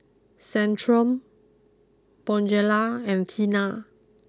Centrum Bonjela and Tena